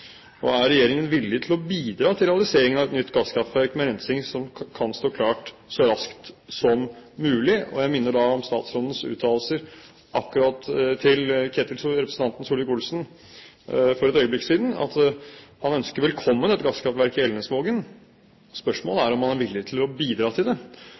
og dyrt? Og er regjeringen villig til å bidra til realiseringen av et nytt gasskraftverk med rensing som kan stå klart så raskt som mulig? Jeg minner da om statsrådens uttalelser til representanten Solvik-Olsen for et øyeblikk siden, at han ønsker velkommen et gasskraftverk i Elnesvågen. Spørsmålet er om han er villig til å bidra til det.